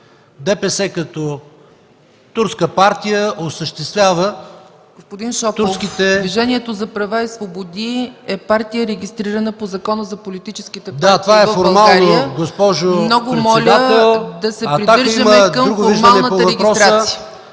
като турска партия осъществява турските ... ПРЕДСЕДАТЕЛ ЦЕЦКА ЦАЧЕВА: Господин Шопов, Движението за права и свободи е партия, регистрирана по Закона за политическите партии в България. Много моля да се придържаме към формалната регистрация.